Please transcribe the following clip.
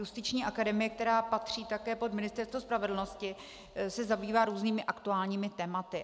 Justiční akademie, která patří také pod Ministerstvo spravedlnosti, se zabývá různými aktuálními tématy.